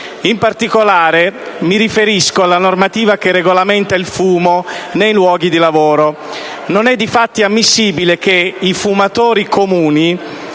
In particolare, mi riferisco alla normativa che regolamenta il fumo sui luoghi di lavoro. Non edifatti ammissibile che i fumatori comuni,